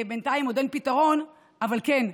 בינתיים עוד אין פתרון, אבל כן,